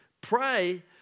pray